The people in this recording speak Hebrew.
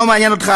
לא מעניין אותך,